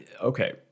okay